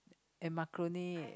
and macaroni